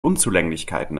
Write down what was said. unzulänglichkeiten